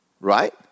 Right